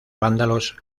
vándalos